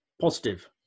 Positive